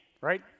right